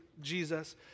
Jesus